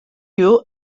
you